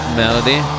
melody